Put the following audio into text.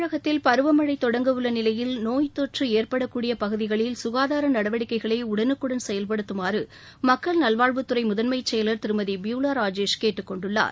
தமிழகத்தில் பருவமனழ தொடங்கவுள்ள நிலையில் நோய்த்தொற்று ஏற்படக்கூடிய பகுதிகளில் சுகாதார நடவடிக்கைகளை உடனுக்குடன் செயல்படுத்தமாறு மக்கள் நல்வாழ்வுத்துறை முதன்மை செயல் திருமதி பியூலா ராஜேஷ் கேட்டுக் கொண்டுள்ளார்